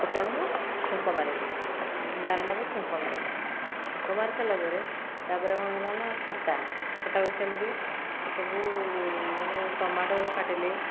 ଫୁଟଣକୁ ଛୁଙ୍କ ମାରିଲି ଡାଲମାକୁ ଛୁଙ୍କ ମାରିଲି ଛୁଙ୍କ ମାରି ସାରିଲା ପରେ ତାପରେ କଣ ହେଲା ନା ଖଟା ଖଟାକୁ ସେମିତି ସବୁ ମାନେ ଟମାଟ କାଟିଲି